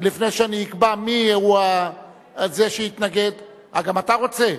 לפני שאני אקבע מי הוא זה שיתנגד, גם אתה רוצה?